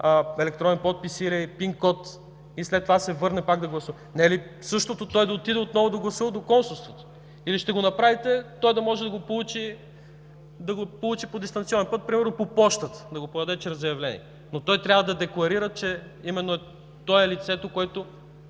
електронен подпис или ПИН код, и след това се върне пак да гласува. Не е ли същото той да отиде отново да гласува до консулството? Или ще го направите той да може да го получи по дистанционен път – примерно по пощата, да го подаде чрез заявление, но той трябва да декларира, че именно е лицето, което